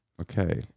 okay